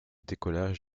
décollage